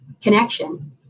connection